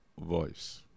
voice